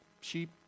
sheep